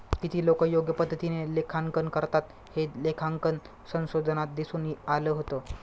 किती लोकं योग्य पद्धतीने लेखांकन करतात, हे लेखांकन संशोधनात दिसून आलं होतं